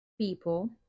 people